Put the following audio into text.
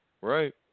Right